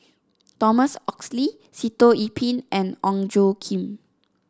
Thomas Oxley Sitoh Yih Pin and Ong Tjoe Kim